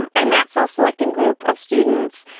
and and that self-selecting group of students,